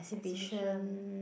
exhibition